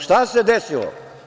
Šta se desilo?